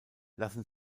lassen